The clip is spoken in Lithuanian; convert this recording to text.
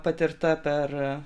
patirta per